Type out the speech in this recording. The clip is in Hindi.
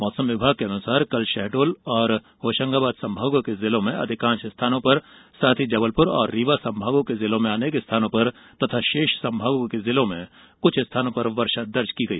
मौसम विभाग के अनुसार कल षहडोल एवं होषंगाबाद सम्भागों के जिलों में अधिकांष स्थानों पर जबलपुर एवं रीवा सम्भागों के जिलों के अनेक स्थानों पर तथा षेष संभागों के जिलों कुछ स्थानों पर वर्षा दर्ज की गई